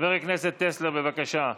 חבר הכנסת טסלר, בבקשה.